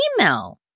email